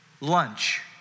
lunch